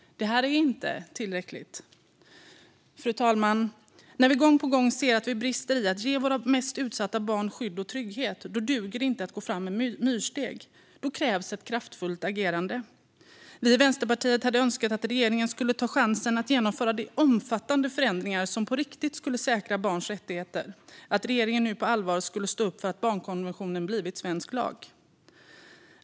Det här är inte tillräckligt. Fru talman! När vi gång på gång ser att vi brister i att ge våra mest utsatta barn skydd och trygghet duger det inte att gå fram med myrsteg. Då krävs ett kraftfullt agerande. Vi i Vänsterpartiet hade önskat att regeringen skulle ta chansen att genomföra de omfattande förändringar som på riktigt skulle säkra barns rättigheter och att regeringen nu på allvar skulle stå upp för att barnkonventionen blivit svensk lag.